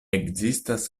ekzistas